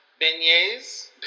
Beignets